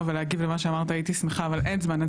ולהגיב למה שאמרת הייתי שמחה אבל אין זמן,